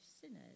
sinners